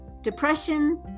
depression